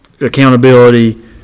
accountability